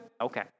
Okay